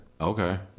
Okay